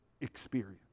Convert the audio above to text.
experience